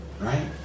right